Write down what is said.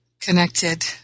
connected